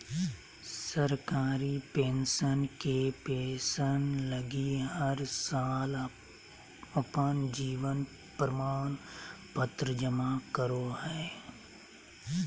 सरकारी पेंशनर के पेंसन लगी हर साल अपन जीवन प्रमाण पत्र जमा करो हइ